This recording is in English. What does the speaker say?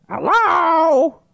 Hello